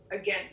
again